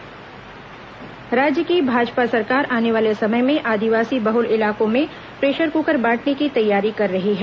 Bhajpa pressure cooker राज्य की भाजपा सरकार आने वाले समय में आदिवासी बहुल इलाकों में प्रेशर कुकर बांटने की तैयारी कर रही है